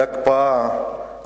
על ההקפאה,